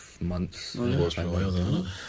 Months